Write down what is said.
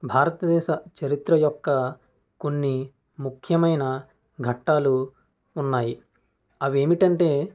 భారతదేశ చరిత్ర యొక్క కొన్ని ముఖ్యమైన ఘట్టాలు ఉన్నాయి అవి ఏమిటంటే